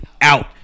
out